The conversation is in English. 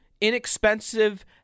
inexpensive